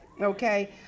okay